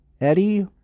Eddie